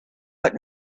but